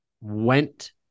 went